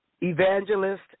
Evangelist